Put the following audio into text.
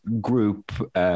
group